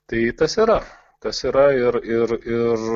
tai tas yra tas yra ir ir ir